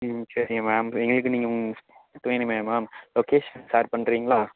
ம் சரிங்க மேம் எங்களுக்கு நீங்கள் வேணுமே மேம் லொக்கேஷன் ஷேர் பண்ணுறிங்களா